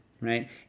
right